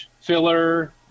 filler